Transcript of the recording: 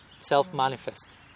Self-manifest